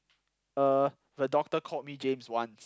uh the doctor called me James once